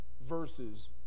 verses